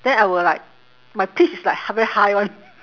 then I will like my pitch is like h~ very high [one]